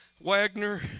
Wagner